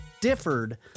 differed